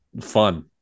fun